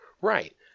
Right